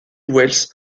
wells